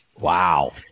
Wow